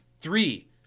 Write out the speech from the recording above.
Three